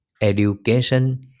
education